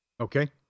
Okay